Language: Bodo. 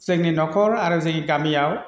जोंनि न'खर आरो जोंनि गामियाव